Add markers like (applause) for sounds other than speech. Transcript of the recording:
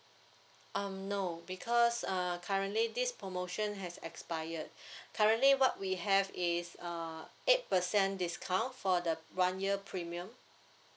um no because uh currently this promotion has expired (breath) currently what we have is uh eight percent discount for the one year premium